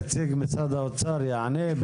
נציג משרד האוצר יענה,